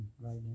right